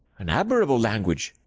an admirable language!